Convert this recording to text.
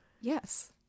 Yes